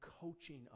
coaching